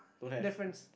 difference